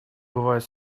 бывает